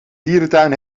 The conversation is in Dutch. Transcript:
dierentuin